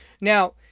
Now